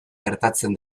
gertatzen